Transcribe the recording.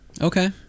Okay